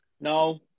No